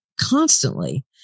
constantly